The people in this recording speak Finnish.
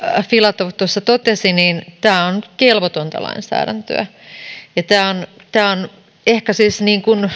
filatov totesi tämä on kelvotonta lainsäädäntöä tämä on ehkä siis